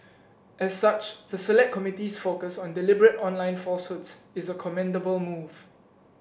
as such the select committee's focus on deliberate online falsehoods is a commendable move